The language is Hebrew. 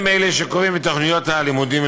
הם שקובעים את תוכניות הלימודים,